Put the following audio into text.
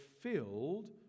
filled